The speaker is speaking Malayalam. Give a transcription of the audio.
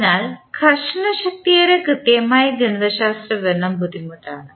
അതിനാൽ ഘർഷണശക്തിയുടെ കൃത്യമായ ഗണിതശാസ്ത്ര വിവരണം ബുദ്ധിമുട്ടാണ്